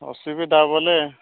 ଅସୁବିଧା ବୋଲେ